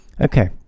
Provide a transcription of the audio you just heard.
Okay